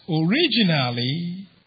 originally